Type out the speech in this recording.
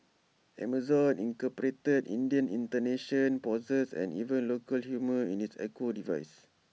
Amazon incorporated Indian intonations pauses and even local humour in its echo devices